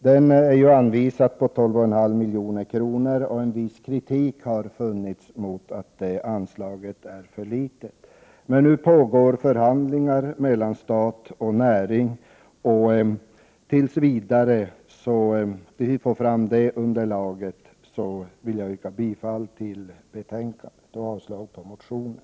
I propositionen anvisas 12,5 milj.kr., och en viss kritik har riktats mot att anslaget är för litet. Men nu pågår förhandlingar mellan staten och näringen, och innan vi har sett hur de utfaller har utskottsmajoriteten ansett det lämpligt att tillstyrka regeringsförslaget. Jag yrkar bifall till utskottets hemställan och avslag på reservationen.